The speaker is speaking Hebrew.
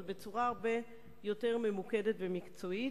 אבל בצורה הרבה יותר ממוקדת ומקצועית.